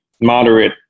moderate